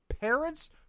parents